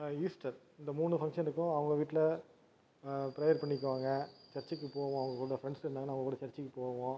Easter இந்த மூணு ஃபன்க்ஷனுக்கும் அவங்க வீட்டில் ப்ரேயர் பண்ணிக்கிவாங்க சர்ச்சுக்கு போவோம் அவங்க கூட ஃப்ரெண்ட்ஸ் இருந்தாங்கனா அவங்க கூட சர்ச்சுக்கு போவோம்